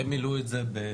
הם מילאו את זה בחול